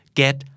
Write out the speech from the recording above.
get